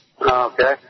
Okay